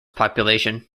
population